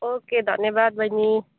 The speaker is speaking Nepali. ओके धन्यवाद बैनी